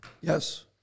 Yes